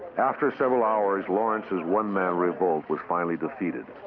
after several hours, lawrence's one-man revolt was finally defeated.